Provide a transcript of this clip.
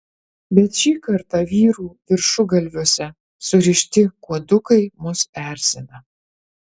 bet šį kartą vyrų viršugalviuose surišti kuodukai mus erzina